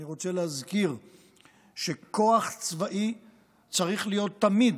אני רוצה להזכיר שכוח צבאי צריך להיות תמיד